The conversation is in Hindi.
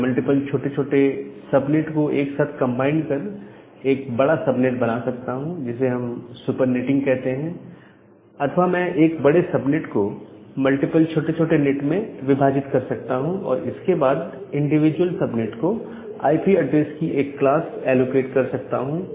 मैं मल्टीपल छोटे छोटे सब नेट को एक साथ कंबाइन कर एक बड़ा सब नेट बना सकता हूं जिसे हम सुपर नेटिंग कहते हैं अथवा में एक बड़े सब नेट को मल्टीपल छोटे छोटे सब नेट में विभाजित कर सकता हूं और इसके बाद इंडिविजुअल सब नेट को आईपी एड्रेस की एक क्लास एलोकेट कर सकता हूं